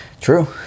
True